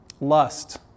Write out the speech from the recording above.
lust